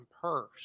purse